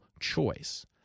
choice